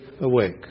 awake